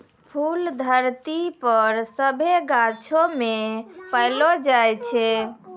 फूल धरती पर सभ्भे गाछौ मे पैलो जाय छै